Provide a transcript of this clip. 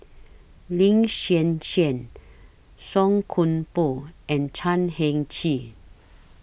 Lin Hsin Hsin Song Koon Poh and Chan Heng Chee